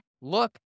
look